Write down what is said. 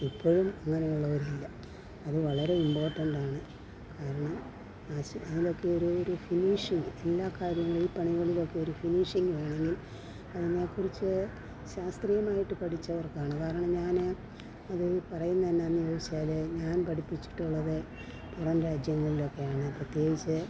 ഇപ്പോഴും അങ്ങനെയുള്ളവർ ഇല്ല അത് വളരെ ഇമ്പോർട്ടൻ്റ് ആണ് കാരണം ആശാരിമാർ ഒക്കെ ഒരു ഒരു ഫിനിഷുണ്ട് എല്ലാ കാര്യങ്ങൾ പണികളിലും ഒക്കെ ഒരു ഫിനിഷിംഗാണേലും അതിനെ കുറിച്ച് ശാസ്ത്രീയമായിട്ട് പഠിച്ചവർക്കാണ് കാരണം ഞാൻ അത് പറയുന്നതെന്നാന്ന് ചോദിച്ചാൽ ഞാൻ പഠിപ്പിച്ചിട്ടുള്ളത് പുറം രാജ്യങ്ങളിലൊക്കെയാണ് പ്രത്യേകിച്ച്